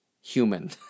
human